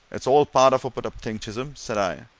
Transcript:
it's all part of a put-up thing, chisholm, said i.